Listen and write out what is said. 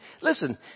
Listen